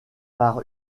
par